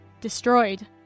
destroyed